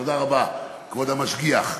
תודה רבה, כבוד המשגיח.